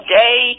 day